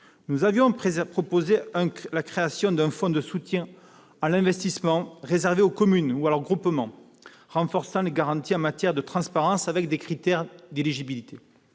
Nous avions proposé la création d'un fonds de soutien à l'investissement réservé aux communes et à leurs groupements, renforçant les garanties en matière de transparence, avec des critères d'éligibilité.